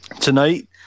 tonight